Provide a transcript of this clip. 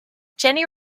jenny